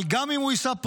אבל גם אם זה יישא פרי,